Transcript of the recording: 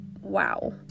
wow